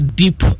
deep